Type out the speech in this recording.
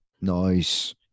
Nice